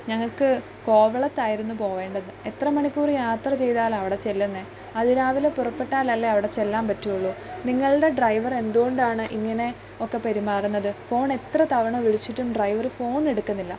ഞങ്ങൾക്ക് കോവളത്തായിരുന്നു പോവേണ്ടത് എത്ര മണിക്കൂർ യാത്ര ചെയ്താലാണ് അവിടെ ചെല്ലുന്നത് അതിരാവിലെ പുറപ്പെട്ടാലല്ലേ അവിടെ ചെല്ലാൻ പറ്റുള്ളൂ നിങ്ങളുടെ ഡ്രൈവർ എന്തുകൊണ്ടാണ് ഇങ്ങനെ ഒക്കെ പെരുമാറുന്നത് ഫോൺ എത്ര തവണ വിളിച്ചിട്ടും ഡ്രൈവർ ഫോൺ എടുക്കുന്നില്ല